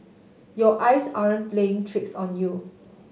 your eyes aren't playing tricks on you